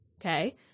Okay